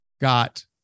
got